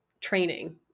training